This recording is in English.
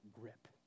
grip